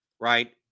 right